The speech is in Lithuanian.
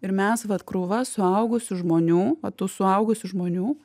ir mes vat krūva suaugusių žmonių o tų suaugusių žmonių